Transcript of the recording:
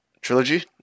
trilogy